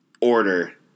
order